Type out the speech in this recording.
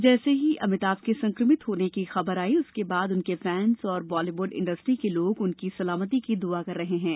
जैसे ही अमिताभ के संक्रमित होने की खबर आई उसके बाद उनके फैन्स और बालीबुड इण्डस्ट्री के लोग उनकी सलामती की दुआ करने लगे